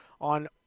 on